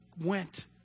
went